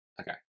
Okay